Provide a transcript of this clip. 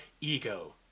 ego